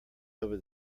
over